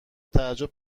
تعجب